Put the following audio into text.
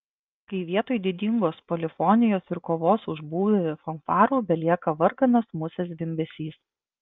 kai vietoj didingos polifonijos ir kovos už būvį fanfarų belieka varganas musės zvimbesys